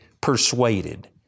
persuaded